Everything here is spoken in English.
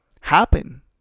happen